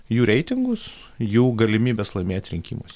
jų reitingus jų galimybes laimėt rinkimuose